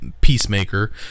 Peacemaker